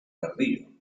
tardío